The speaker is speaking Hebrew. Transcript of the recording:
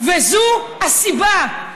וזו הסיבה.